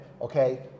Okay